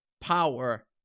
power